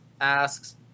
asks